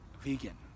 Vegan